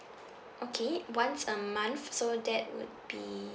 okay once a month so that would be